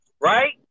Right